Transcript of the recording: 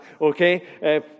okay